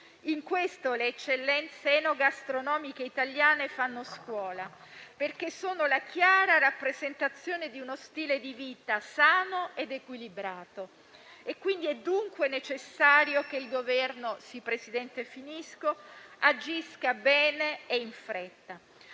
In questo le eccellenze enogastronomiche italiane fanno scuola, perché sono la chiara rappresentazione di uno stile di vita sano ed equilibrato. È dunque necessario che il Governo agisca bene e in fretta.